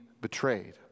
betrayed